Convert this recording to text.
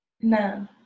No